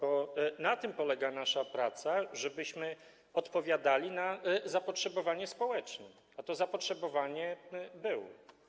Bo na tym polega nasza praca, żebyśmy odpowiadali na zapotrzebowanie społeczne, a to zapotrzebowanie było.